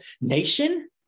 nation